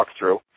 walkthrough